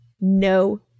no